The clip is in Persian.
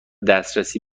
دسترسی